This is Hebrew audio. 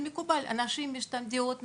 אנשים משתנים, דעות משתנות.